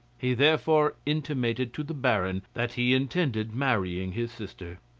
he therefore intimated to the baron that he intended marrying his sister.